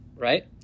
right